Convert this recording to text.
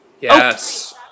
Yes